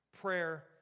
prayer